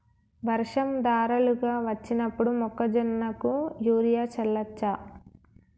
వర్షం ధారలుగా వచ్చినప్పుడు మొక్కజొన్న కు యూరియా చల్లచ్చా?